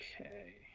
Okay